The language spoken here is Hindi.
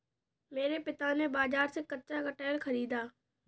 मेरे पिता ने बाजार से कच्चा कटहल खरीदा